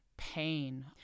pain